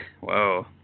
whoa